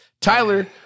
Tyler